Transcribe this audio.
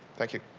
thank you.